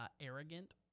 arrogant